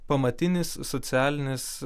pamatinis socialinis